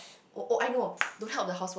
oh oh I know to help the house work